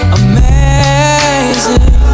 amazing